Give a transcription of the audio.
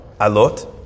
alot